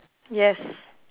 yes